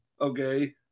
okay